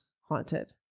haunted